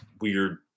weird